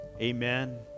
amen